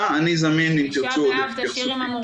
תודה, אני זמין אם תרצו עוד את התייחסותי.